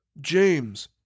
James